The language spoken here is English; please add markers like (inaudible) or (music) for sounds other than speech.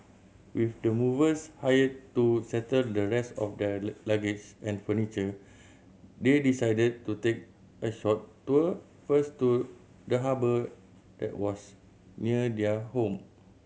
with the movers hired to settle the rest of their (unintelligible) luggage and furniture they decided to take a short tour first to the harbour that was near their home